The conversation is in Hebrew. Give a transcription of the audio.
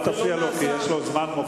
אל תפריע לו, כי יש לו זמן מוקצב.